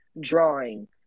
drawing